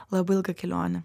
labai ilga kelionė